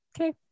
Okay